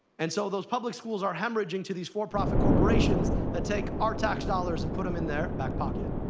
and so those public schools are hemorrhaging to these for-profit corporations that take our tax dollars and put them in their back pocket.